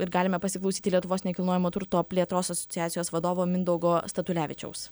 ir galime pasiklausyti lietuvos nekilnojamo turto plėtros asociacijos vadovo mindaugo statulevičiaus